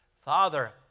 Father